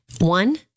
One